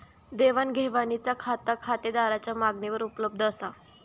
देवाण घेवाणीचा खाता खातेदाराच्या मागणीवर उपलब्ध असा